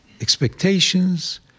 expectations